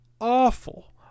Awful